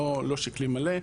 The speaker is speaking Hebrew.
לא שקלי מלא,